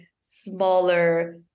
smaller